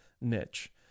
niche